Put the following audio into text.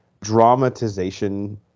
dramatization